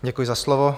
Děkuji za slovo.